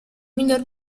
miglior